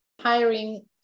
hiring